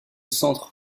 centre